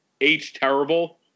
H-terrible